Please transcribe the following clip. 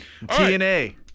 TNA